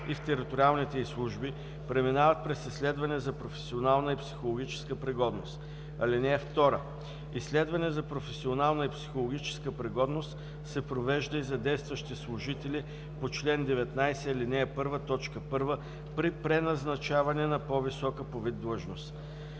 и в териториалните й служби преминават през изследване за професионална и психологическа пригодност. (2) Изследване за професионална и психологическа пригодност се провежда и за действащи служители по чл. 19, ал. 1, т. 1 при преназначаване на по-висока по вид длъжност.“